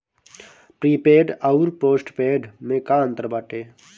Prepaid अउर postpaid में का अंतर बाटे?